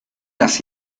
las